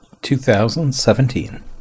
2017